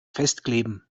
festkleben